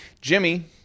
Jimmy